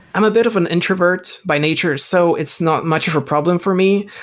i'm a bit of an introvert by nature, so it's not much of a problem for me.